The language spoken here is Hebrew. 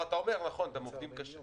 אתה אומר, וזה נכון, שאתם עובדים קשה,